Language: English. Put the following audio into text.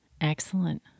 Excellent